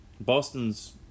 Boston's